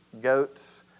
goats